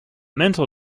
mental